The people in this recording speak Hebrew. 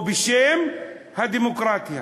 או בשם הדמוקרטיה.